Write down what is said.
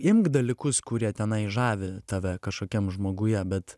imk dalykus kurie tenai žavi tave kažkokiam žmoguje bet